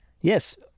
Yes